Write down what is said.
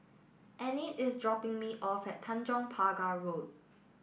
Enid is dropping me off at Tanjong Pagar Road